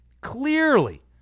clearly